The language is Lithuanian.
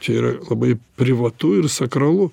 čia yra labai privatu ir sakralu